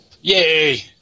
Yay